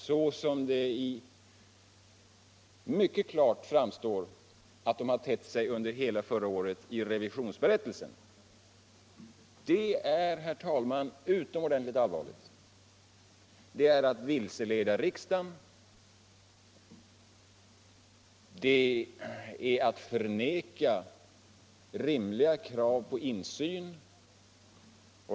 såsom det i revisionsberättelsen mycket klart framstår att de har tett sig under förra året, är utomordentligt allvarlig. Det är att vilseleda riksdagen. Det är att förneka rimliga krav på insyn.